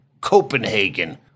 Copenhagen